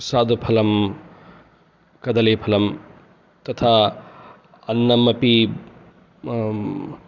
सादुफलं कदलीफलं तथा अन्नम् अपि